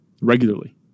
regularly